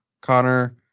connor